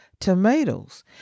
tomatoes